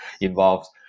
involves